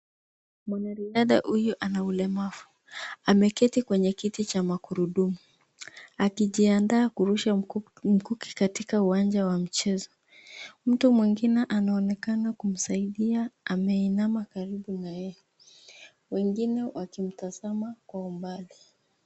Mwanariadha huyu ana ulemavu . Ameketi kwenye kiti cha magurudumu akijiandaa kurusha mkuki katika uwanja wa michezo . Mtu mwingine anaonekana kumsaidia ameinama karibu na yeye , wengine wakimtazama kwa umbali .